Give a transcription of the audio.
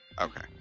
okay